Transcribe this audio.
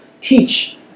teach